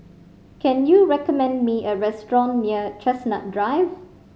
can you recommend me a restaurant near Chestnut Drive